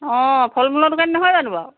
অঁ ফল মূলৰ দোকানী নহয় জানো বাৰু